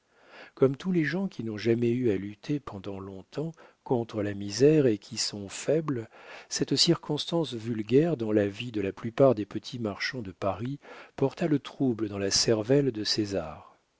comme tous les gens qui n'ont jamais eu à lutter pendant long-temps contre la misère et qui sont faibles cette circonstance vulgaire dans la vie de la plupart des petits marchands de paris porta le trouble dans la cervelle de césar